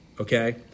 Okay